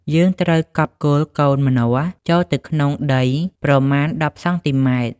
យើងត្រូវកប់គល់កូនម្នាស់ចូលទៅក្នុងដីប្រមាណ ១០ សង់ទីម៉ែត្រ។